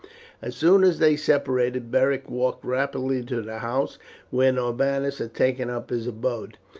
as soon as they separated beric walked rapidly to the house where norbanus had taken up his abode.